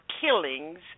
killings